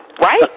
right